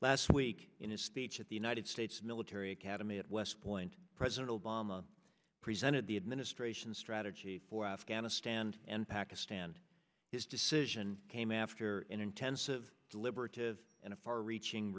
last week in his speech at the united states military academy at west point president obama presented the administration's strategy for afghanistan and pakistan his decision came after an intensive deliberative and a far reaching